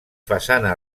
façana